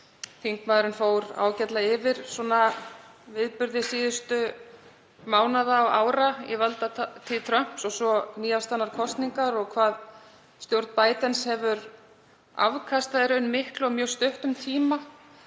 Þingmaðurinn fór ágætlega yfir viðburði síðustu mánaða og ára í valdatíð Trumps og svo nýafstaðnar kosningar og hvað stjórn Bidens hefur í raun afkastað miklu á mjög stuttum tíma,